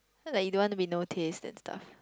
cause like you don't want to be notice that stuff